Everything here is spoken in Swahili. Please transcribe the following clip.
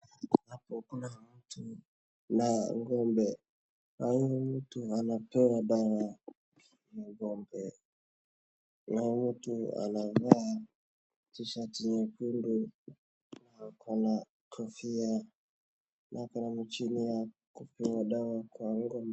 Hapo kuna mtu na ng'ombe, na huyo mtu anapea dawa ng'ombe, na huyo mtu anavaa t-shirt nyekundu na ako na kofia na ako na mashini ya kupiga dawa kwa ng'ombe.